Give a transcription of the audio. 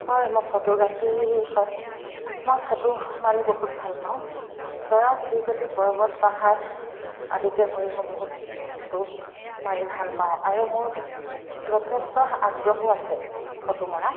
হয় মই ফটোগ্ৰাফী হয় মই ফটো মাৰি বহুত ভাল পাওঁ চৰাই চিৰিকতি পৰ্বত পাহাৰ আদিকে কৰি মই বহুত ফটো মাৰি ভাল পাওঁ আৰু মোৰ যথেষ্ট আগ্ৰহো আছে ফটো মৰা